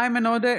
איימן עודה,